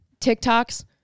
TikToks